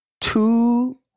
two